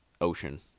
ocean